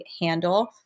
handle